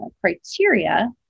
criteria